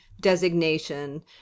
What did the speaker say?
designation